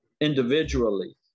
individually